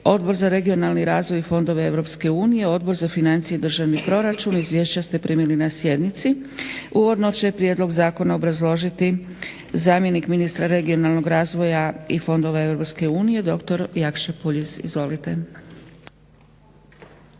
Odbor za regionalni razvoj i fondove Europske unije, Odbor za financije i državni proračun. Izvješća ste primili na sjednici. Uvodno će prijedlog zakona obrazložiti zamjenik ministra regionalnog razvoja i fondova Europske unije doktor Jakša Puljiz. Izvolite.